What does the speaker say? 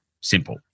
Simple